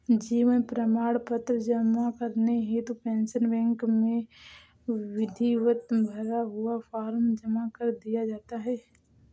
जीवन प्रमाण पत्र जमा करने हेतु पेंशन बैंक में विधिवत भरा हुआ फॉर्म जमा कर दिया जाता है